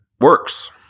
works